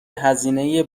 هزینه